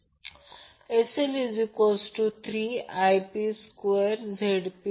आणि लाईनने अबसोर्ब केलेली रिअॅक्टिव पॉवर 278